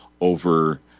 over